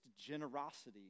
generosity